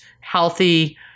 healthy